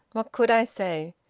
what could i say?